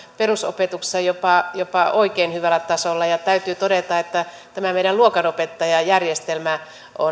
perusopetuksessa jopa jopa oikein hyvällä tasolla täytyy todeta että tämä meidän luokanopettajajärjestelmä